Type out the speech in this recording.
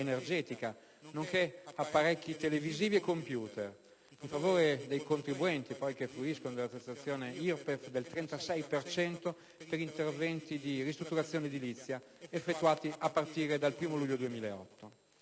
energetica, nonché apparecchi televisivi e computer, in favore dei contribuenti che fruiscono della detrazione IRPEF del 36 per cento per interventi di ristrutturazione edilizia effettuati a partire dal 1° luglio 2008.